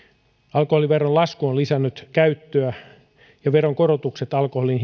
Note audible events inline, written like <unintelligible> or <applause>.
alkoholiveron lasku on lisännyt käyttöä ja veronkorotukset alkoholin <unintelligible>